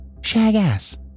Shagass